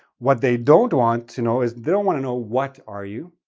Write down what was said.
what they don't want to know is they don't want to know what are you,